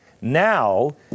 Now